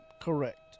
correct